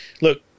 Look